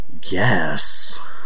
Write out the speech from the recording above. guess